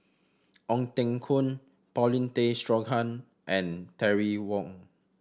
Ong Teng Koon Paulin Tay Straughan and Terry Wong